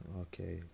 okay